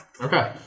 Okay